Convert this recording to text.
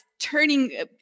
turning